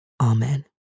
Amen